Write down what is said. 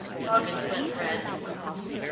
hoggins went red and coughed.